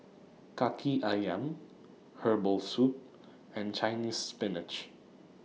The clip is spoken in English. Kaki Ayam Herbal Soup and Chinese Spinach